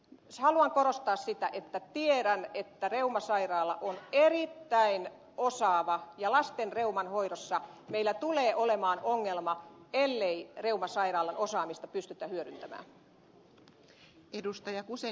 mutta haluan korostaa sitä että tiedän että reumasairaala on erittäin osaava ja lasten reuman hoidossa meillä tulee olemaan ongelma ellei reumasairaalan osaamista pystytä hyödyntämään